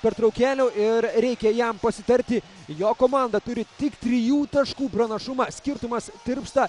pertraukėlių ir reikia jam pasitarti jo komanda turi tik trijų taškų pranašumą skirtumas tirpsta